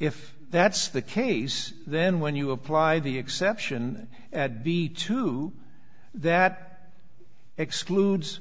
if that's the case then when you apply the exception at the two that excludes